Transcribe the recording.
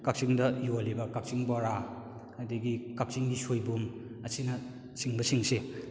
ꯀꯛꯆꯤꯡꯗ ꯌꯣꯜꯂꯤꯕ ꯀꯛꯆꯤꯡ ꯕꯣꯔꯥ ꯑꯗꯨꯗꯒꯤ ꯀꯛꯆꯤꯡꯒꯤ ꯁꯣꯏꯕꯨꯝ ꯑꯁꯤꯅ ꯆꯤꯡꯕ ꯁꯤꯡꯁꯦ